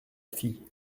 fille